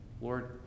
Lord